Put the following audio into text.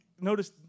Notice